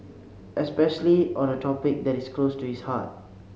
especially on a topic that is close to its heart